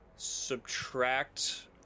subtract